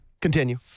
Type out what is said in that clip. Continue